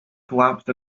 collapsed